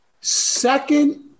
second